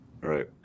Right